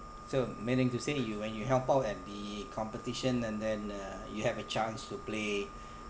so meaning to say you when you help out at the competition and then uh you have a chance to play